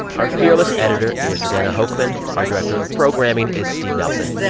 our fearless editor is jordana hochman. our director of programming is steve nelson.